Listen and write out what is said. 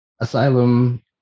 Asylum